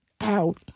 out